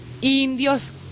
indios